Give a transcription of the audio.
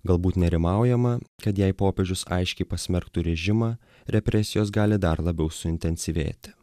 galbūt nerimaujama kad jei popiežius aiškiai pasmerktų režimą represijos gali dar labiau suintensyvėti